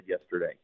yesterday